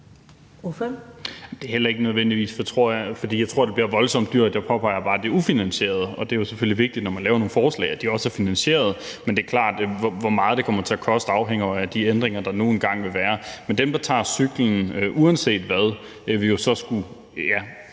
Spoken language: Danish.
Det er heller ikke nødvendigvis, fordi jeg tror, at det bliver voldsomt dyrt, men jeg påpeger bare, at det er ufinansieret. Og det er selvfølgelig vigtigt, når man laver nogle forslag, at de også er finansieret. Men det er klart, at hvor meget det kommer til at koste, afhænger jo af de ændringer, der nu engang vil være. Dem, der tager cyklen uanset hvad, vil jo så skulle